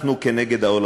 אנחנו כנגד העולם.